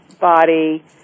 body